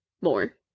more